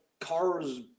cars